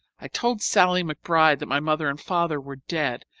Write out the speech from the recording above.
i told sallie mcbride that my mother and father were dead,